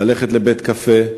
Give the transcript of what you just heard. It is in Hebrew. ללכת לבית-קפה,